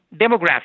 demographics